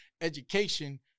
education